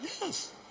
Yes